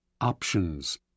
options